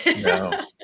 No